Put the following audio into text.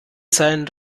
sein